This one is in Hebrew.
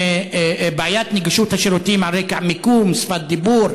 בעיית נגישות השירותים על רקע מיקום ושפת דיבור,